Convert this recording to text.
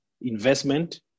investment